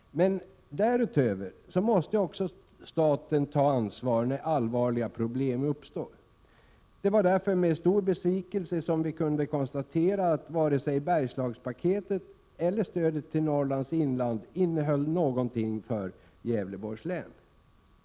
Men därutöver måste staten också ta ansvaret när allvarliga problem uppstår. Det var därför med stor besvikelse som vi kunde konstatera att varken Bergslagspaketet eller stödet till Norrlands inland innehöll något för Gävleborgs län.